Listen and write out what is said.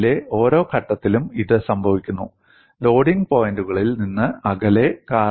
ഡൊമെയ്നിലെ ഓരോ ഘട്ടത്തിലും ഇത് സംഭവിക്കുന്നു ലോഡിംഗ് പോയിന്റുകളിൽ നിന്ന് അകലെ